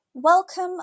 Welcome